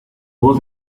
voz